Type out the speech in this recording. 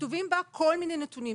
שכתובים בה כל מיני נתונים,